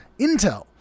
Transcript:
Intel